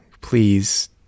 Please